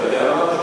אתה יודע משהו?